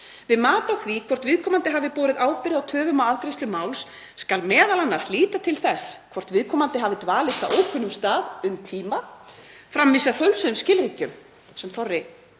Við mat á því hvort viðkomandi hafi borið ábyrgð á töfum á afgreiðslu máls skal m.a. líta til þess hvort viðkomandi hafi dvalist á ókunnum stað um tíma, framvísað fölsuðum skjölum,“ — sem þorri